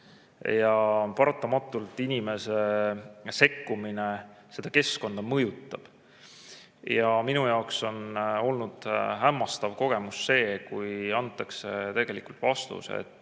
Paratamatult inimese sekkumine seda keskkonda mõjutab. Minu jaoks on olnud hämmastav kogemus see, kui antakse vastus, et